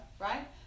right